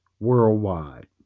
Worldwide